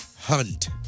Hunt